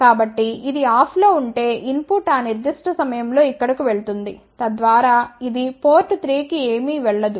కాబట్టి ఇది ఆఫ్లో ఉంటే ఇన్ పుట్ ఆ నిర్దిష్ట సమయంలో ఇక్కడకు వెళ్తుంది తద్వారా ఇది పోర్ట్ 3 కి ఏమీ వెళ్ళదు